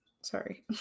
Sorry